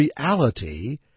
reality